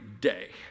day